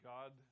God